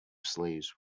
slaves